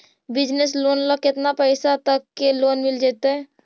Business loan ल केतना पैसा तक के लोन मिल जितै?